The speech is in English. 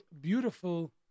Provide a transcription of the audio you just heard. beautiful